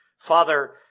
Father